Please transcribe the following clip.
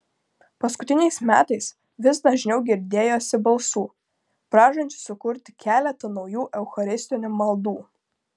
paskutiniais metais vis dažniau girdėjosi balsų prašančių sukurti keletą naujų eucharistinių maldų